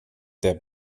der